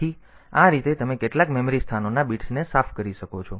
તેથી આ રીતે તમે કેટલાક મેમરી સ્થાનોના બિટ્સને સાફ કરી શકો છો